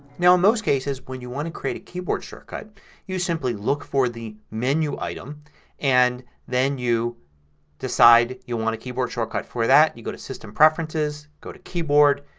now in most cases when you want to create a keyboard shortcut you simply look for the menu item and then you decide you want a keyboard shortcut for that. you go to system preferences, go to keyboard,